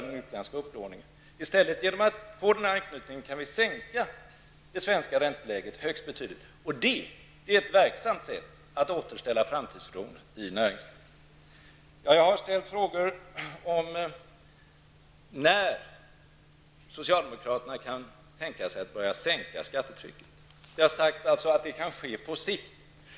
Genom en anknytning till den europeiska växelkursmekanismen kan vi i stället sänka det svenska räntelägret högst betydligt, och det är ett verksamt sätt att återställa framtidstron i näringslivet. Jag ställde frågor om när socialdemokraterna kan tänka sig att börja sänka skattetrycket. Det har sagts att det kan ske på sikt.